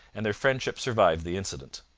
and their friendship survived the incident.